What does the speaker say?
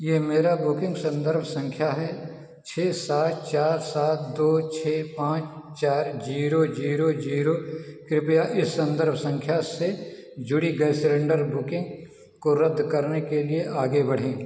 यह मेरा बुकिंग संदर्भ संख्या है छः सात चार सात दो छः पाँच चार जीरो जीरो जीरो कृपया इस संदर्भ संख्या से जुड़ी गैस सिलेंडर बुकिंग को रद्द करने के लिए आगे बढ़ें